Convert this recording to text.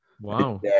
wow